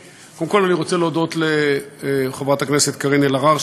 קודם כול אני רוצה להודות לחברת הכנסת קארין אלהרר,